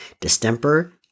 Distemper